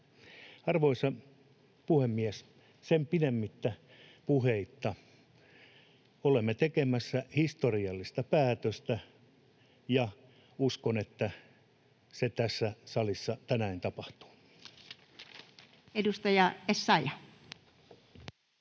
Arvoisa puhemies! Sen pidemmittä puheitta olemme tekemässä historiallista päätöstä, ja uskon, että se tässä salissa tänään tapahtuu. Edustaja Essayah.